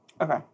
Okay